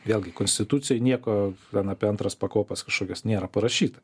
vėlgi konstitucijoj nieko ten apie antras pakopas kažkokios nėra parašyta